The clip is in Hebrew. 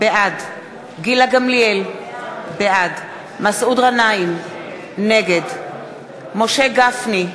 בעד גילה גמליאל, בעד מסעוד גנאים, נגד משה גפני,